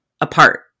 apart